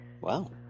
wow